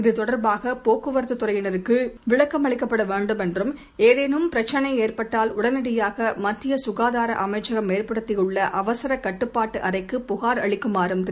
இது தொடர்பாகபோக்குவரத்துதுறையினருக்குவிளக்கப்படவேண்டும் என்றும் ஏதேனும் பிரச்னைஏற்பட்டால் உடனடியாகமத்தியக்காதாரஅமைச்சகம் ஏற்படுத்தியுள்ளஅவசரகட்டுப்பாட்டுஅறைக்குப் புகார் அளிக்குமாறும் திரு